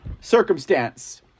circumstance